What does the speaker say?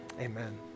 Amen